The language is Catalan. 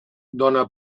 dóna